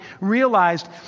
realized